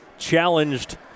challenged